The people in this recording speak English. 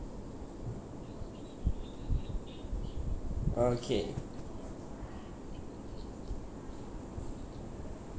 okay